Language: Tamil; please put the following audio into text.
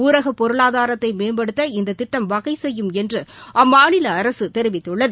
ஊரக பொருளாதாரத்தை மேம்படுத்த இந்த திட்டம் வகை செய்யும் என்று அம்மாநில அரசு தெரிவித்துள்ளது